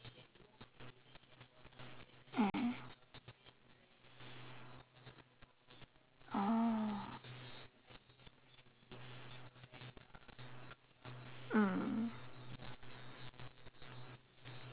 mm oh mm